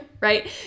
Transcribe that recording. right